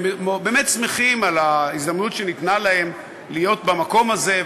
הם באמת שמחים על ההזדמנות שניתנה להם להיות במקום הזה,